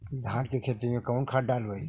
धान के खेत में कौन खाद डालबै?